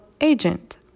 agent